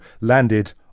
landed